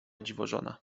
dziwożona